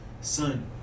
Son